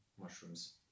mushrooms